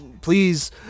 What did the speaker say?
please